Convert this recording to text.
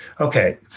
okay